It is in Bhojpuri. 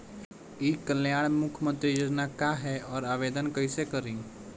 ई कल्याण मुख्यमंत्री योजना का है और आवेदन कईसे करी?